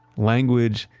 language,